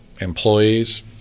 employees